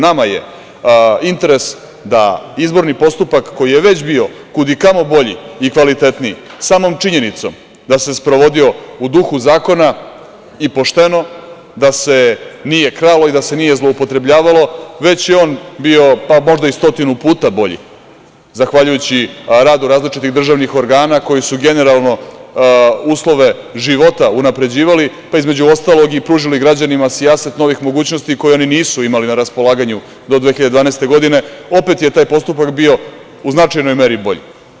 Nama je interes da izborni postupak koji je već bio kudikamo bolji i kvalitetniji samom činjenicom da se sprovodio u duhu zakona i pošteno, da se nije kralo i da se nije zloupotrebljavalo, već je on bio pa možda i stotinu puta bolji, zahvaljujući radu različitih državnih organa koji su generalno uslove života unapređivali, pa, između ostalog, i pružili građanima sijaset novih mogućnosti koje one nisu imali na raspolaganju do 2012. godine, opet je taj postupak bio u značajnoj meri bolji.